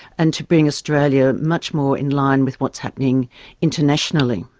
and to bring australia much more in line with what's happening internationally.